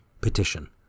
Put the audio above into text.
Petition